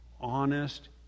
honest